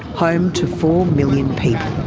home to four million people.